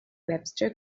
webster